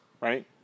right